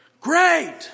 Great